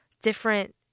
different